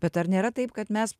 bet ar nėra taip kad mes